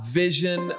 vision